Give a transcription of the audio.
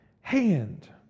hand